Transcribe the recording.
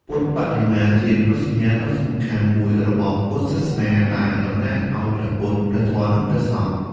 ពុទ្ធបដិមាជានិមិត្តសញ្ញាដ៏សំខាន់មួយរបស់ពុទ្ធសាសនា ដែលតំណាងឲ្យព្រះពុទ្ធ ព្រះធម៌ និងព្រះសង្ឃ។